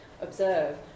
observe